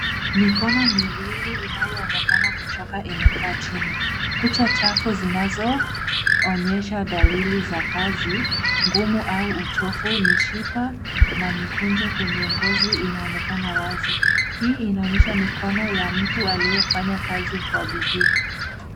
Mikono miwili inayoonekana kuchoka imekaa chini. Kucha chafu zinazoonyesha dalili za kazi ngumu au uchovu, mishipa na mikunjo kwenye ngozi inaonekana wazi. Hii inaonyesha mikono ya mtu aliyefanya kazi kwa bidii.